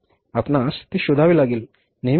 आपण ते शोधावे लागेल